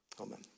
Amen